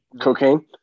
Cocaine